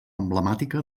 emblemàtica